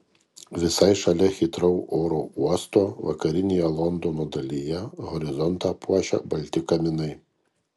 visai šalia hitrou oro uosto vakarinėje londono dalyje horizontą puošia balti kaminai